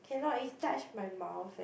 cannot it touch my mouth eh